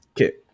Okay